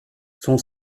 son